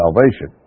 salvation